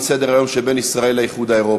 סדר-היום שבין ישראל לבין האיחוד האירופי.